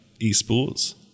esports